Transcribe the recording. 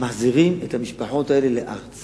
מחזירים את המשפחות האלה לארצן.